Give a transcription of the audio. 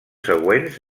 següents